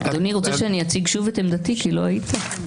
אדוני רוצה שאני אציג שוב את עמדתי כי לא היית?